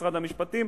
משרד המשפטים,